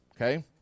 okay